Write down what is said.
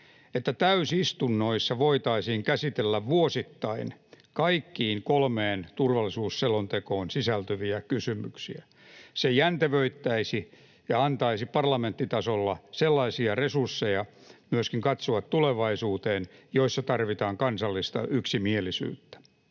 että täysistunnoissa voitaisiin käsitellä vuosittain kaikkiin kolmeen turvallisuusselontekoon sisältyviä kysymyksiä. Se jäntevöittäisi ja antaisi parlamenttitasolla sellaisia resursseja myöskin katsoa tulevaisuuteen, joissa tarvitaan kansallista yksimielisyyttä.